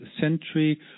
century